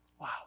Wow